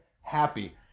happy